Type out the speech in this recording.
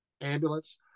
ambulance